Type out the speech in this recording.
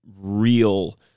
real